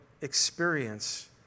experience